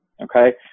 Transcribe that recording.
Okay